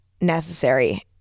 necessary